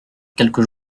quelques